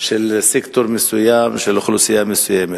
של סקטור מסוים, של אוכלוסייה מסוימת.